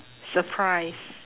surprise